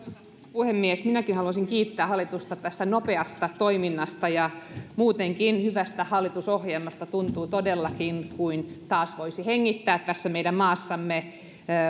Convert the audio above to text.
puhemies minäkin haluaisin kiittää hallitusta tästä nopeasta toiminnasta ja muutenkin hyvästä hallitusohjelmasta tuntuu todellakin kuin taas voisi hengittää tässä meidän maassamme